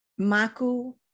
Maku